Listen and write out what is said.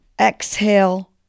exhale